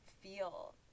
feel